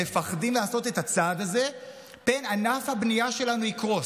מפחדים לעשות את הצעד הזה פן ענף הבנייה שלנו יקרוס.